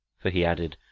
for he added,